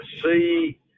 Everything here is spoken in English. see